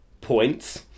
points